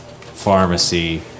pharmacy